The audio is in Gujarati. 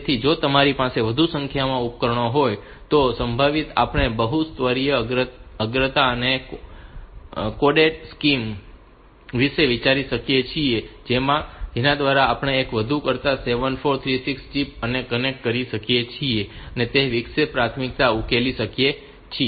તેથી જો તમારી પાસે વધુ સંખ્યામાં ઉપકરણો હોય તો સંભવતઃ આપણે બહુ સ્તરીય અગ્રતા અને કોડેડ સ્કીમ વિશે વિચારી શકીએ છીએ જેના દ્વારા આપણે એક કરતાં વધુ 74366 ચિપ્સ ને કનેક્ટ કરી શકીએ છીએ અને તે રીતે વિક્ષેપ પ્રાથમિકતાઓને ઉકેલી શકીએ છીએ